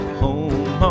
home